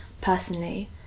personally